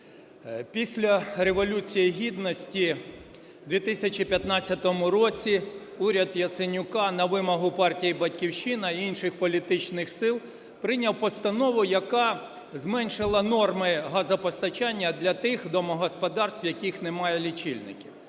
Після Революції Гідності в 2015 році уряд Яценюка на вимогу партії "Батьківщина" і інших політичних сил прийняв постанову, яка зменшила норми газопостачання для тих домогосподарств, в яких немає лічильників.